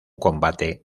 combate